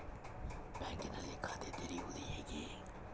ಬ್ಯಾಂಕಿನಲ್ಲಿ ಖಾತೆ ತೆರೆಯುವುದು ಹೇಗೆ?